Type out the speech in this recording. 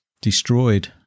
destroyed